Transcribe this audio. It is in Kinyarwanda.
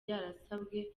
yarasabwe